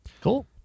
Cool